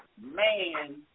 man